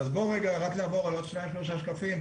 רק נעבור על עוד שניים-שלושה שקפים,